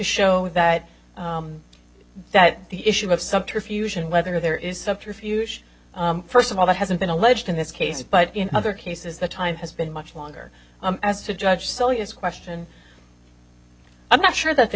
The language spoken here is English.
show that that the issue of sumter fusion whether there is subterfuge first of all that hasn't been alleged in this case but in other cases the time has been much longer as a judge so his question i'm not sure that there